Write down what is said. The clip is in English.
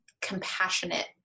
compassionate